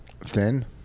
Thin